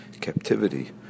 captivity